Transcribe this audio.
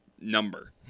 number